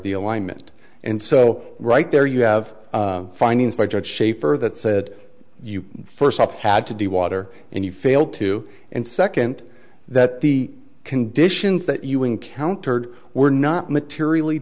the alignment and so right there you have findings by judge shaffer that said you first up had to do water and you failed to and second that the condition that you encountered were not materially